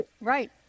right